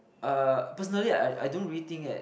uh personally I I don't really think that